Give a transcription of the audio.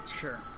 Sure